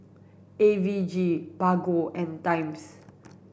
A V G Bargo and Times